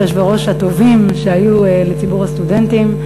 אחד מיושבי-הראש הטובים שהיו לציבור הסטודנטים,